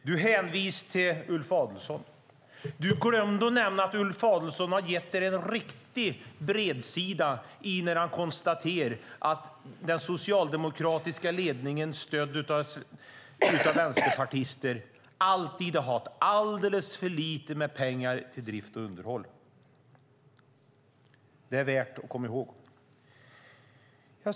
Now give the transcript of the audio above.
Du hänvisar till Ulf Adelsohn, Siv Holma, men du glömde att nämna att Ulf Adelsohn ger er en riktig bredsida när han konstaterar att den socialdemokratiska ledningen, stödd av vänsterpartister, alltid haft alldeles för lite pengar till drift och underhåll. Det är värt att komma ihåg.